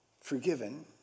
forgiven